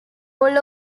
role